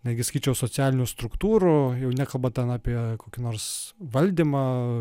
netgi sakyčiau socialinių struktūrų jau nekalbant ten apie kokį nors valdymą